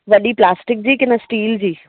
वॾी प्लास्टिक जी की न स्टील जी